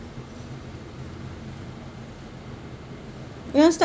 you want start